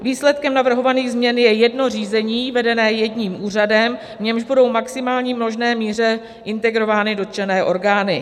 Výsledkem navrhovaných změn je jedno řízení vedené jedním úřadem, v němž budou v maximální možné míře integrovány dotčené orgány.